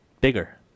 bigger